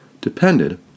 depended